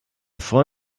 freuen